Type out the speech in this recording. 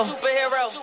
Superhero